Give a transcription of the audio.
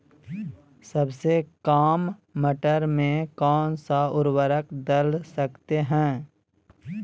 सबसे काम मटर में कौन सा ऊर्वरक दल सकते हैं?